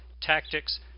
tactics